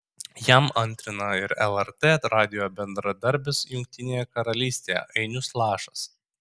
jam antrina ir lrt radijo bendradarbis jungtinėje karalystėje ainius lašas